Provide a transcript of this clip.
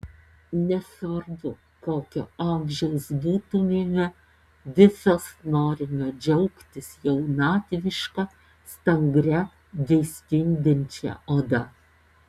nesvarbu kokio amžiaus būtumėme visos norime džiaugtis jaunatviška stangria bei spindinčia oda